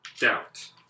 Doubt